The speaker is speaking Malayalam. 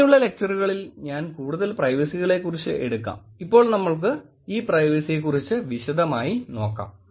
ഇനിയുള്ള ലെക്ചറുകളിൽ ഞാൻ കൂടുതൽ പ്രൈവസികളെക്കുറിച്ച് എടുക്കാം ഇപ്പോൾ നമുക്ക് ഈ പ്രൈവസിയെക്കുറിച്ച് വിശദമായി നോക്കാം